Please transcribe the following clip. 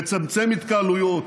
לצמצם התקהלויות,